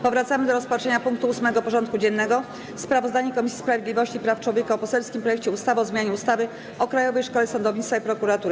Powracamy do rozpatrzenia punktu 8. porządku dziennego: Sprawozdanie Komisji Sprawiedliwości i Praw Człowieka o poselskim projekcie ustawy o zmianie ustawy o Krajowej Szkole Sądownictwa i Prokuratury.